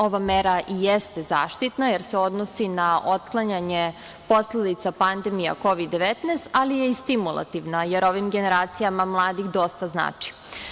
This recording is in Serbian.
Ova mera i jeste zaštitna, jer se odnosi na otklanjanje posledica pandemija Kovid–19, ali je i stimulativna, jer ovim generacijama mladih dosta znači.